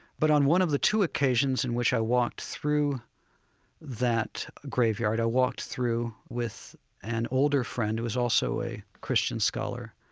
but on one of the two occasions in which i walked through that graveyard, i walked through with an older friend who is also a christian scholar